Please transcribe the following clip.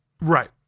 Right